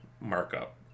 markup